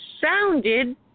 sounded